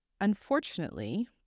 unfortunately